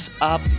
up